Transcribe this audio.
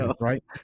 Right